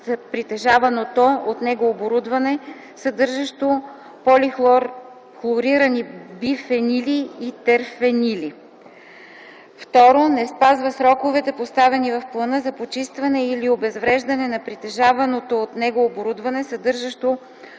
за притежаваното от него оборудване, съдържащо полихлорирани бифенили и терфенили; 2. не спази сроковете, поставени в плана за почистване и/или обезвреждането на притежаваното от него оборудване, съдържащо